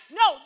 no